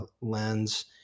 LENS